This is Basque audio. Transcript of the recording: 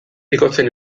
igotzen